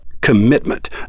Commitment